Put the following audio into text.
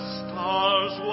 stars